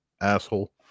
asshole